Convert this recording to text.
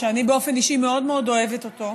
שאני באופן אישי מאוד מאוד אוהבת אותו,